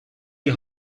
die